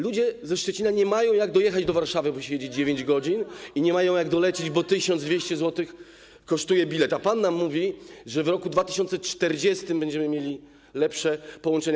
Ludzie ze Szczecina nie mają jak dojechać do Warszawy, bo się jedzie 9 godzin, i nie mają jak dolecieć, bo 1200 zł kosztuje bilet, a pan nam mówi, że w roku 2040 będziemy mieli lepsze połączenia.